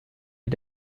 est